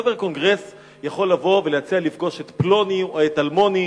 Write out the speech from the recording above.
חבר קונגרס יכול לבוא ולהציע לפגוש את פלוני או את אלמוני,